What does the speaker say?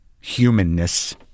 humanness